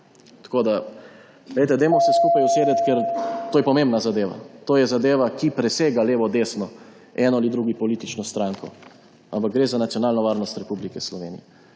5G. Dajmo se skupaj usesti, ker to je pomembna zadeva, to je zadeva, ki presega levo, desno, eno ali drugo politično stranko, gre za nacionalno varnost Republike Slovenije.